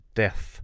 death